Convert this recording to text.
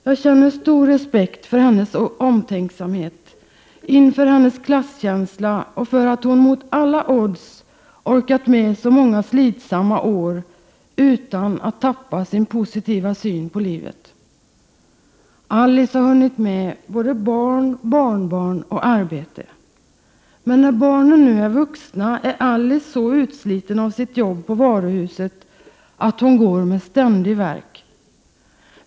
Jag känner stor respekt för hennes omtänksamhet, inför hennes klasskänsla och för att hon mot alla odds orkat med så många slitsamma år utan att tappa sin positiva syn på livet. Alice har hunnit med både barn, barnbarn och arbete. Men när barnen nu är vuxna är Alice så utsliten av sitt jobb på varuhuset att hon går med ständig värk.